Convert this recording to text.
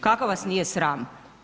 Kako vas nije sram?